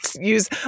Use